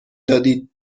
دادید